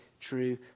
true